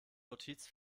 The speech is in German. notiz